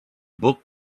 book